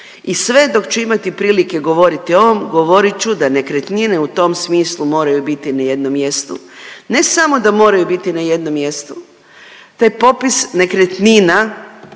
i sve dok ću imati prilike govoriti o ovom, govorit ću da nekretnine u tom smislu moraju biti na jednom mjestu. Ne samo da moraju biti na jednom mjestu, taj popis nekretnina